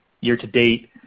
year-to-date